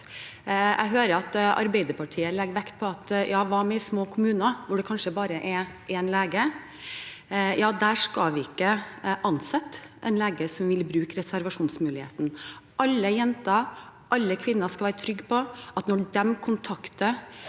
Arbeiderpartiet legger vekt på små kommuner, hvor det kanskje er bare én lege. Der skal vi ikke an sette en lege som vil bruke reservasjonsmuligheten. Alle jenter, alle kvinner skal være trygge på at når de kontakter